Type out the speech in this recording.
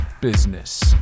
business